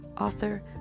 author